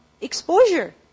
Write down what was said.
exposure